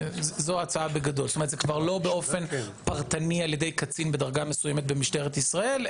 זה כבר לא באופן פרטני על ידי קצין בדרגה מסוימת במשטרת ישראל,